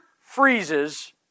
freezes